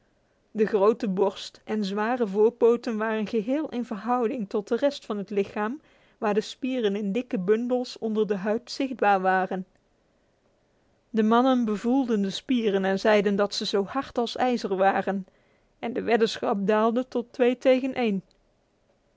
de grote borst en zware voorpoten waren geheel in verhouding tot de rest van het lichaam waar de spieren in dikke bundels onder de huid zichtbaar waren de mannen bevoelden de spieren en zelden dat ze zo hard als ijzer waren en de weddenschap daalde tot twee tegen één